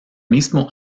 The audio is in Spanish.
mismo